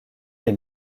les